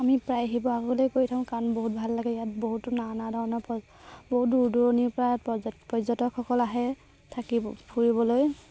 আমি প্ৰায় শিৱসাগৰলৈ গৈ থাকোঁ কাৰণ বহুত ভাল লাগে ইয়াত বহুতো নানা ধৰণৰ পৰ্ বহুত দূৰ দূৰণিৰ পৰা পৰ্য পৰ্যটকসকল আহে থাকিব ফুৰিবলৈ